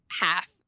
half